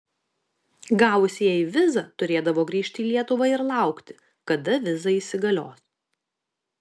gavusieji vizą turėdavo grįžti į lietuvą ir laukti kada viza įsigalios